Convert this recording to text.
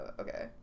okay